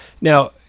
Now